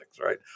right